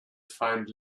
find